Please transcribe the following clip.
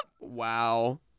Wow